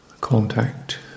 contact